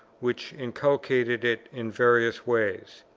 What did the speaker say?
which inculcated it in various ways.